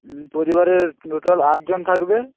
পরিবারের টোটাল আটজন থাকবে